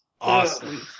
Awesome